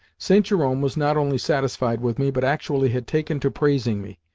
st. jerome was not only satisfied with me, but actually had taken to praising me.